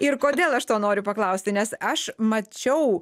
ir kodėl aš to noriu paklausti nes aš mačiau